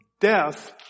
death